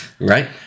right